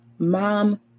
Mom